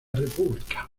república